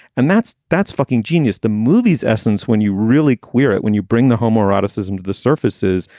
and that's that's fucking genius. the movie's essence, when you really queer it when you bring the homoeroticism to the surfaces.